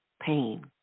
pain